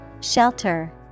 Shelter